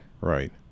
Right